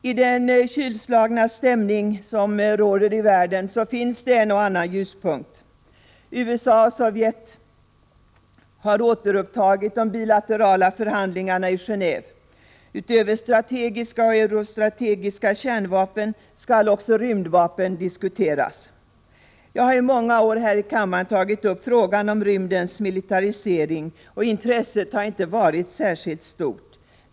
I den kylslagna stämning som råder i världen finns det en och annan ljuspunkt. USA och Sovjet har återupptagit de bilaterala förhandlingarna i Geneve. Utöver strategiska och eurostrategiska kärnvapen skall också rymdvapen diskuteras. Jag har i många år här i kammaren tagit upp frågan om rymdens militarisering, men intresset har inte varit särskilt stort.